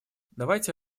давайте